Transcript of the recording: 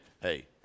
hey